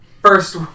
First